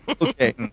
Okay